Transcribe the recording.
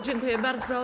Dziękuję bardzo.